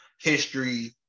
history